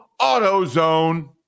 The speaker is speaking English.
AutoZone